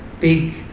big